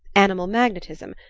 animal magnetism,